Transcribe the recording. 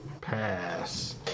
Pass